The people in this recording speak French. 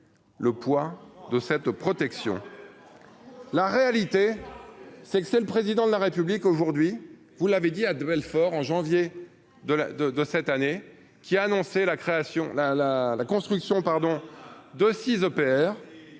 le poids de cette protection, la réalité c'est que c'est le président de la république aujourd'hui, vous l'avez dit à de Belfort en janvier de la de de cette année, qui a annoncé la création là la la